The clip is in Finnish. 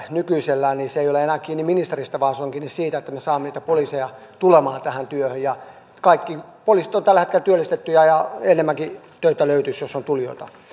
nykyisellään niin se ei ole enää kiinni ministeristä vaan se on kiinni siitä että me saamme niitä poliiseja tulemaan tähän työhön kaikki poliisit ovat tällä hetkellä työllistettyjä ja enemmänkin töitä löytyisi jos olisi tulijoita